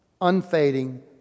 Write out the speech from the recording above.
unfading